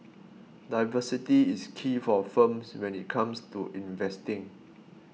diversity is key for firms when it comes to investing